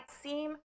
seem